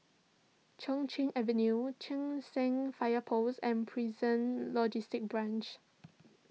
Chai Chee Avenue Cheng San Fire Post and Prison Logistic Branch